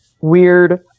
weird